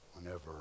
whenever